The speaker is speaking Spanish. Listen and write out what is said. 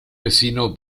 vecino